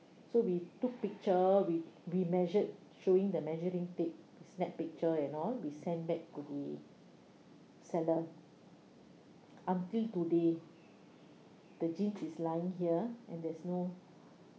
so we took picture we we measured showing the measuring tape snap picture and all we send back to the seller until today the jeans is lying here and there is no